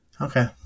Okay